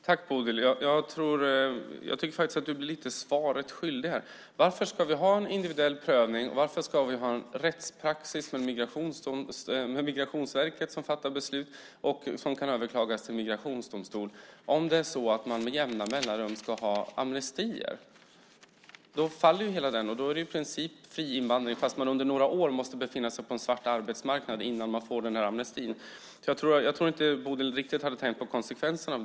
Fru talman! Tack, Bodil! Jag tycker faktiskt att du blir svaret skyldig här. Varför ska vi ha en individuell prövning, och varför ska vi ha en rättspraxis som innebär att Migrationsverket fattar beslut som kan överklagas till migrationsdomstol om det är så att man med jämna mellanrum ska ha amnestier? Då faller ju hela idén, och det handlar i stället i princip om fri invandring fast man under några år måste befinna sig på en svart arbetsmarknad innan man får amnesti. Jag tror alltså inte att Bodil riktigt hade tänkt på konsekvenserna.